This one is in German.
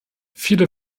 viele